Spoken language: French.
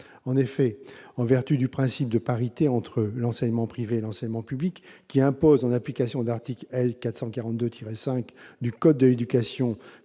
En effet, en vertu du principe de parité entre l'enseignement privé et l'enseignement public, qui impose, en application de l'article L. 442-5 du code de l'éducation,